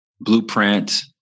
blueprint